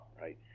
right